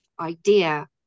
idea